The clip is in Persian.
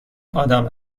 آدام